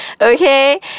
Okay